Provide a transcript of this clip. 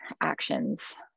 actions